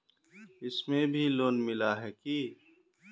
इसमें भी लोन मिला है की